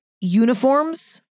uniforms